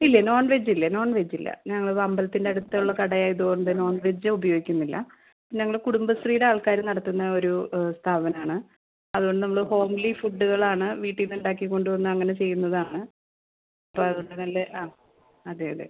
ഇല്ല നോൺ വെജ്ജില്ല നോൺ വെജ്ജില്ല ഞങ്ങളത് അമ്പലത്തിൻ്റെ അടുത്തുള്ള കടയായത് കൊണ്ട് നോൺ വെജ്ജ് ഉപയോഗിക്കുന്നില്ല ഞങ്ങള് കുടുംബശ്രീയുടെ ആൾക്കാര് നടത്തുന്ന ഒരു സ്ഥാപനമാണ് അതുകൊണ്ട് നമ്മള് ഹോംലി ഫുഡ്ഡുകളാണ് വീട്ടില്നിന്നുണ്ടാക്കി കൊണ്ടുവന്ന് അങ്ങനെ ചെയ്യുന്നതാണ് അപ്പോള് അതുകൊണ്ട് നല്ല ആ അതെ അതെ